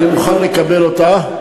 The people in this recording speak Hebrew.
אני מוכן לקבל אותה.